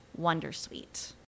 wondersuite